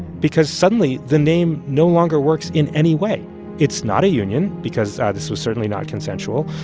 because suddenly the name no longer works in any way it's not a union because ah this was certainly not consensual.